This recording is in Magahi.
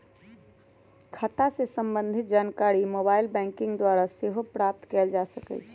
खता से संबंधित जानकारी मोबाइल बैंकिंग द्वारा सेहो प्राप्त कएल जा सकइ छै